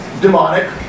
demonic